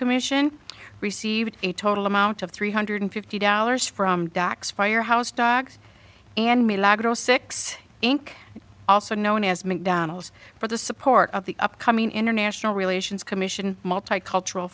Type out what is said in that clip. commission received a total amount of three hundred fifty dollars from docs firehouse dogs and milagros six inc also known as mcdonalds for the support of the upcoming international relations commission multicultural